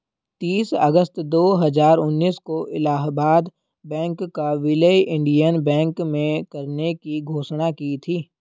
तीस अगस्त दो हजार उन्नीस को इलाहबाद बैंक का विलय इंडियन बैंक में करने की घोषणा की थी